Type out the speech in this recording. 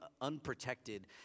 unprotected